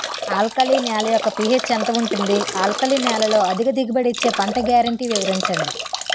Alkali నేల యెక్క pH ఎంత ఉంటుంది? ఆల్కలి నేలలో అధిక దిగుబడి ఇచ్చే పంట గ్యారంటీ వివరించండి?